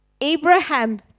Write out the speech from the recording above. Abraham